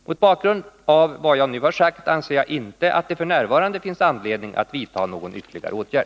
Mot bakgrund av vad jag nu har sagt anser jag inte att det f. n. finns anledning att vidta någon ytterligare åtgärd.